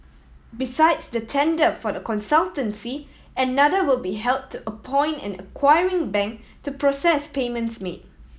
besides the tender for the consultancy another will be held to appoint an acquiring bank to process payments made